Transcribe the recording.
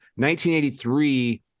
1983